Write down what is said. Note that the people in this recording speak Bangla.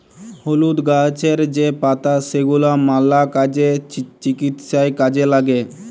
হলুদ গাহাচের যে পাতা সেগলা ম্যালা কাজে, চিকিৎসায় কাজে ল্যাগে